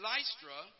Lystra